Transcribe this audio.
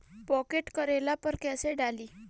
Pocket करेला पर कैसे डाली?